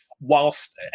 whilst